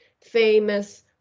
famous